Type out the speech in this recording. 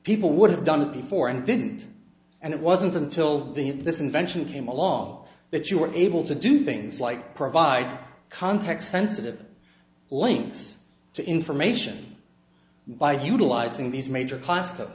people would have done it before and didn't and it wasn't until this invention came along that you were able to do things like provide context sensitive links to information by utilizing these major class